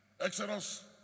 Exodus